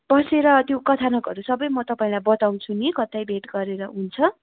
बसेर त्यो कथानकहरू सब म तपाईँलाई बताउँछु नि कतै भेट गरेर हुन्छ